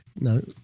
No